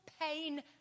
pain